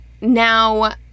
now